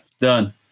Done